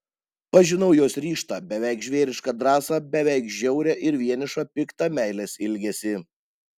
pažinau jos ryžtą beveik žvėrišką drąsą beveik žiaurią ir vienišą piktą meilės ilgesį